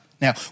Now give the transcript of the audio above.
Now